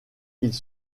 ils